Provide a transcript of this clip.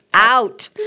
Out